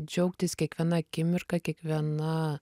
džiaugtis kiekviena akimirka kiekviena